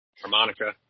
harmonica